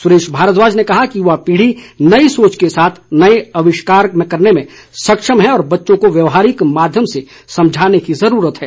सुरेश भारद्वाज ने कहा कि युवा पीढ़ी नई सोच के साथ नए आविष्कार करने में सक्ष्म है और बच्चों को व्यवहारिक माध्यम से समझाने की जरूरत है